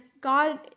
God